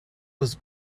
was